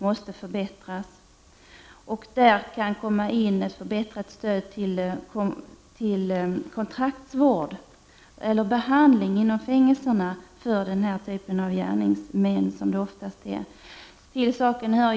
I det sammanhanget kunde ett förbättrat stöd till kontraktsvård komma i fråga, alternativt behandling inom fängelserna för denna typ av gärningsmän — som det oftast är fråga om.